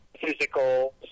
physical